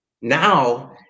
Now